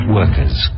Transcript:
workers